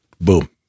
boom